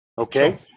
okay